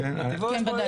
כן, ודאי.